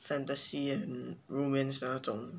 fantasy and romance 那种